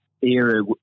era